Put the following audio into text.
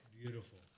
beautiful